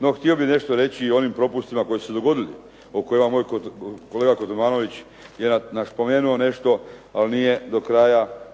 No, htio bih nešto reći i o onim propustima koji su se dogodili o kojima je moj kolega Kontromanović vjerojatno spomenuo nešto ali nije do kraja